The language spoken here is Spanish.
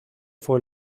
fue